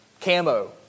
camo